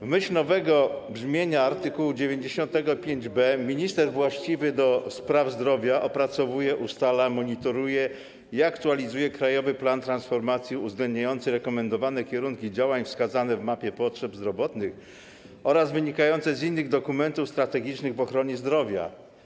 W myśl nowego brzmienia art. 95b minister właściwy do spraw zdrowia opracowuje, ustala, monitoruje i aktualizuje krajowy plan transformacji uwzględniający rekomendowane kierunki działań wskazane w mapie potrzeb zdrowotnych oraz wynikające z innych dokumentów strategicznych w ochronie zdrowia.